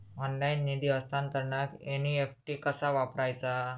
Online निधी हस्तांतरणाक NEFT कसा वापरायचा?